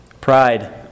Pride